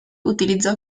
utilizzò